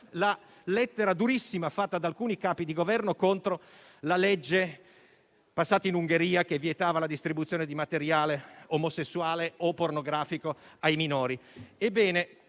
la lettera durissima fatta da alcuni Capi di Governo contro la legge passata in Ungheria che vietava la distribuzione di materiale omosessuale o pornografico ai minori. Ebbene,